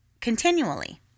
continually